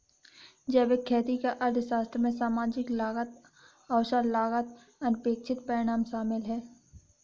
जैविक खेती का अर्थशास्त्र में सामाजिक लागत अवसर लागत अनपेक्षित परिणाम शामिल है